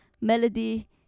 Melody